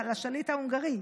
לשולט ההונגרי,